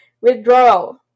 withdrawal